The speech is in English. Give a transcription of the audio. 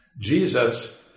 Jesus